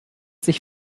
sich